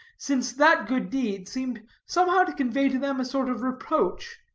since that good deed seemed somehow to convey to them a sort of reproach.